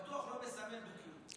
בטוח לא מסמל דו-קיום.